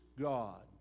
God